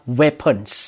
weapons